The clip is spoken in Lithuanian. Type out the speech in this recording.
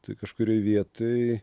tai kažkurioj vietoj